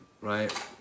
right